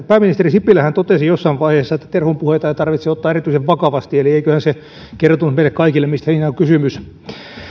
pääministeri sipilähän totesi jossain vaiheessa että terhon puheita ei tarvitse ottaa erityisen vakavasti eiköhän se kertonut meille kaikille mistä siinä on kysymys